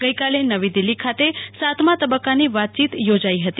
ગઈકાલે નવી દિલ્લી ખાતે સાતમાં તબક્કાની વાયચીત થોજાઈ હતી